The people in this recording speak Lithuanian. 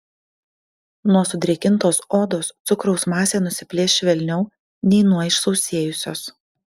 nuo sudrėkintos odos cukraus masė nusiplėš švelniau nei nuo išsausėjusios